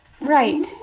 Right